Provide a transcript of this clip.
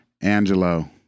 Angelo